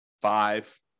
five